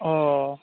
अ